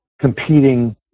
competing